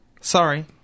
Sorry